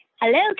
Hello